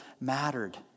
mattered